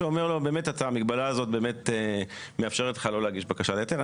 שאומר לו באמת המגבלה הזאת באמת מאפשרת לך לא להגיש בקשה להיתר.